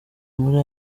muri